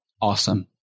Awesome